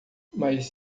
mas